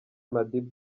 madiba